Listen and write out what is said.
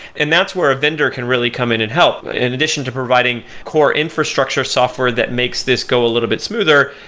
and that's where a vendor can really come in and help. in addition to providing core infrastructure software that makes this go a little bit smoother,